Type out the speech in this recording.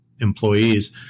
employees